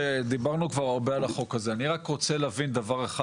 דיברנו הרבה על החוק הזה ואני רק רוצה להבין דבר אחד